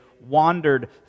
wandered